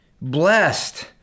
Blessed